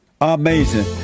Amazing